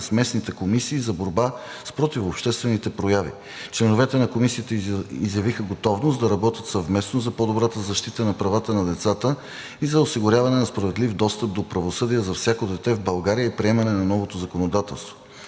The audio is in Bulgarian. с местните комисии за борба с противообществените прояви. Членовете на Комисията изявиха готовност да работят съвместно за по-добрата защита на правата на децата за осигуряване на справедлив достъп до правосъдие за всяко дете в България и приемане на новото законодателство.